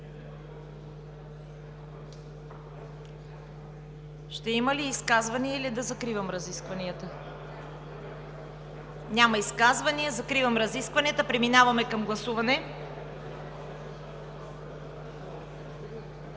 Ще има ли изказвания, или да закривам разискванията? Няма изказвания. Закривам разискванията. Преминаваме към гласуване.